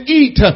eat